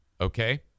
Okay